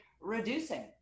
reducing